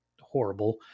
horrible